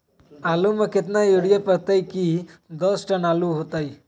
आलु म केतना यूरिया परतई की दस टन आलु होतई?